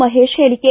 ಮಹೇಶ ಹೇಳಿಕೆ